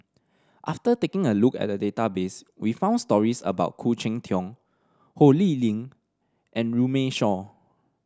after taking a look at the database we found stories about Khoo Cheng Tiong Ho Lee Ling and Runme Shaw